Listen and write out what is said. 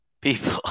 people